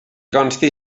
consti